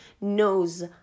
knows